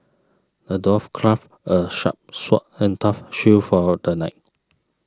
the dwarf crafted a sharp sword and tough shield for the knight